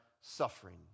suffering